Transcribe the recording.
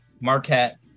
marquette